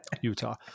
Utah